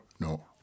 No